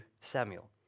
Samuel